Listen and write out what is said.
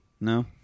No